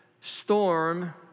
storm